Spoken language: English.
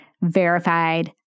verified